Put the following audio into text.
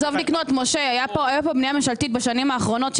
כמו שהייתה כאן בנייה ממשלתית בשנים האחרונות,